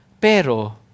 pero